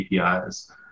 APIs